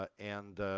ah and